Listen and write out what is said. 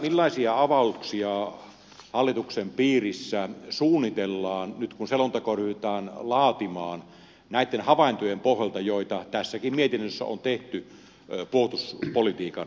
millaisia avauksia hallituksen piirissä suunnitellaan nyt kun selontekoa ryhdytään laatimaan näitten havaintojen pohjalta joita tässäkin mietinnössä on teh ty puolustuspolitiikan osalta